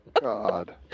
God